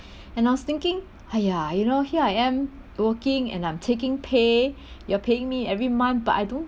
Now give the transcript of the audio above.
and I was thinking !haiya! you know here I am working and I'm taking pay you're paying me every month but I don't